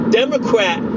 democrat